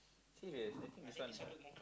serious